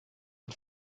und